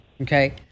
Okay